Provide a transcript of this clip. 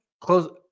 close